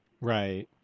Right